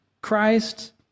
Christ